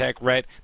red